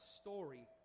story